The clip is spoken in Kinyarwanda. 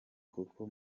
kuko